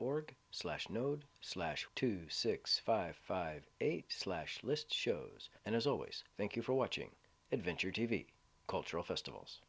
org slash node slash two six five five eight slash list shows and as always thank you for watching adventure t v cultural festivals